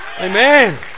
amen